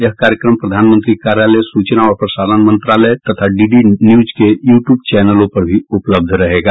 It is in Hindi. यह कार्यक्रम प्रधानमंत्री कार्यालय सूचना और प्रसारण मंत्रालय तथा डीडी न्यूज के यू ट्यूब चैनलों पर भी उपलब्ध रहेगा